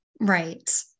right